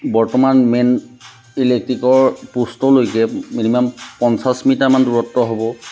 বৰ্তমান মেইন ইলেক্ট্ৰিকৰ প'ষ্টলৈকে মিনিমাম পঞ্চাছ মিটাৰমান দূৰত্ব হ'ব